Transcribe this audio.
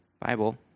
Bible